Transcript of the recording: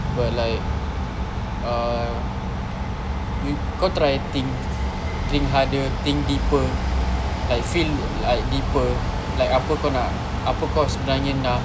but like uh kau try think think harder think deeper like feel like deeper like apa kau nak apa kau sebenarnya nak